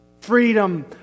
freedom